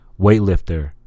Weightlifter